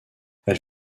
elle